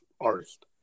artist